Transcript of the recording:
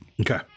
Okay